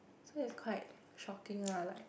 so is quite shocking ah like